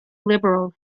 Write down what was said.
liberal